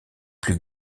plus